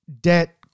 debt